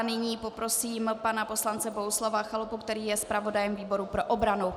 Nyní poprosím pana poslance Bohuslava Chalupu, který je zpravodajem výboru pro obranu.